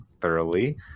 thoroughly